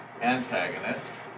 antagonist